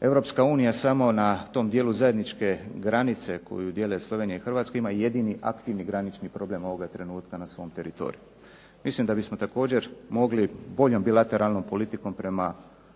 Europska unija samo na tom dijelu zajedničke granice koju dijeli Slovenija i Hrvatska ima jedni aktivni granični problem ovoga trenutka na svom teritoriju. Mislim da bi smo također mogli boljom bilateralnom politikom prema